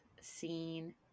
scene